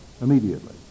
immediately